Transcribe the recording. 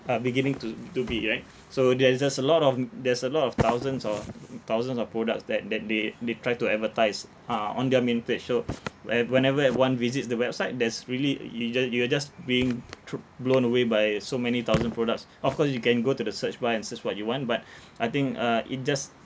are beginning to to be right so there is just a lot of there's a lot of thousands of thousands of products that that they they try to advertise ah on their main page so whe~ whenever like one visits the website there's really you just you are just being thr~ blown away by so many thousand products of course you can go to the search bar and search what you want but I think uh it just